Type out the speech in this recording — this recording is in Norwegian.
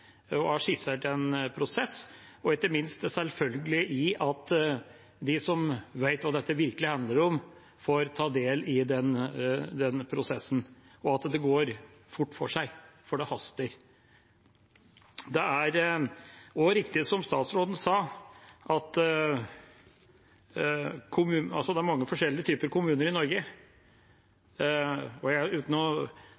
og har skissert en prosess, og ikke minst det selvfølgelige i at de som vet hva dette virkelig handler om, får ta del i den prosessen, og at det går fort for seg, for det haster. Det er også riktig, som statsråden sa, at det er mange forskjellige typer kommuner i Norge.